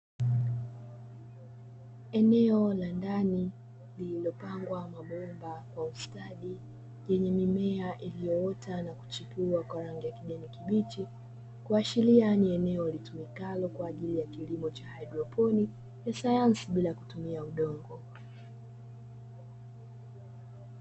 Eneo la ndani liliopangwa mabomba kwa ustadi, lenye mimea iliyoota na kuchipua kwa rangi ya kijani kibichi, kuashiria ni eneo litumikalo kwa ajili ya kilimo cha hydroponi, cha sayansi bila kutumia udongo.